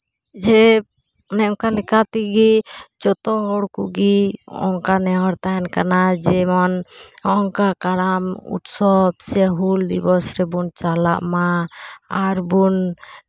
ᱡᱮ ᱚᱱᱮ ᱚᱱᱠᱟ ᱞᱮᱠᱟ ᱛᱮᱜᱮ ᱡᱚᱛᱚ ᱦᱚᱲ ᱠᱚᱜᱮ ᱚᱱᱠᱟ ᱱᱮᱦᱚᱨ ᱛᱟᱦᱮᱱ ᱠᱟᱱᱟ ᱡᱮᱢᱚᱱ ᱠᱟᱨᱟᱢ ᱩᱛᱥᱚᱵᱽ ᱥᱮ ᱦᱩᱞ ᱫᱤᱵᱚᱥ ᱨᱮᱵᱚᱱ ᱪᱟᱞᱟᱜ ᱢᱟ ᱟᱨᱵᱚᱱ